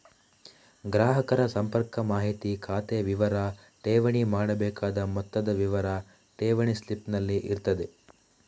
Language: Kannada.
ಗ್ರಾಹಕರ ಸಂಪರ್ಕ ಮಾಹಿತಿ, ಖಾತೆ ವಿವರ, ಠೇವಣಿ ಮಾಡಬೇಕಾದ ಮೊತ್ತದ ವಿವರ ಠೇವಣಿ ಸ್ಲಿಪ್ ನಲ್ಲಿ ಇರ್ತದೆ